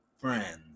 friends